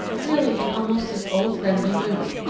really in almost his old friendly mood.